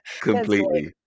Completely